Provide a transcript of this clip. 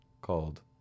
called